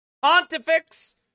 pontifex